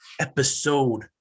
episode